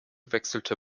wechselte